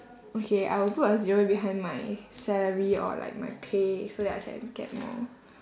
okay I will put a zero behind my salary or like my pay so that I can get more